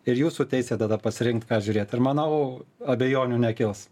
ir jūsų teisė tada pasirinkt ką žiūrėt ir manau abejonių nekils